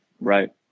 right